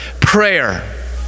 prayer